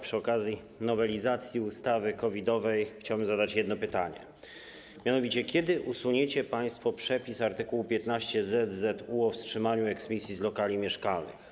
Przy okazji nowelizacji ustawy COVID-owej chciałbym zadać jedno pytanie, mianowicie: Kiedy usuniecie państwo przepis art. 15zzu o wstrzymaniu eksmisji z lokali mieszkalnych?